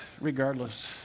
Regardless